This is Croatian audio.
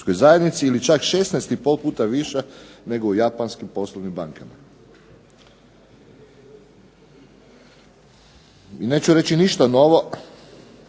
ili čak 16 i pol puta viša nego u japanskim poslovnim bankama. I neću reći ništa novo,